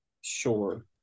Sure